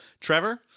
Trevor